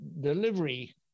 delivery